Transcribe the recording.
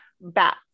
Bats